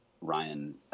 Ryan